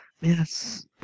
Yes